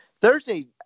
Thursday